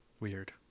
Weird